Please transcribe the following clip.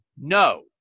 No